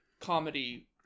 comedy